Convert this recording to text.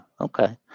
okay